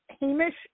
Hamish